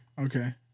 Okay